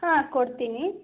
ಹಾಂ ಕೊಡ್ತೀನಿ